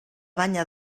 banya